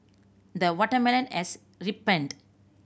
the watermelon has ripened